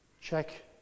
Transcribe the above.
Check